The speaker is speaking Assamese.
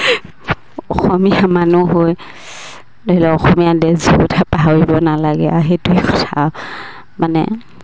অসমীয়া মানুহ হৈ ধৰি লওক অসমীয়া ড্ৰেছযোৰৰ কথা পাহৰিব নালাগে আৰু সেইটোৱে কথা মানে